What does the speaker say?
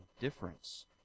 difference